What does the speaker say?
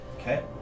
Okay